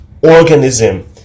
organism